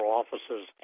offices